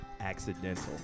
accidental